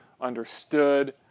understood